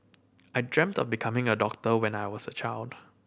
I dreamt of becoming a doctor when I was a child